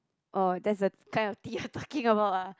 orh that's the kind of tea you're talking about ah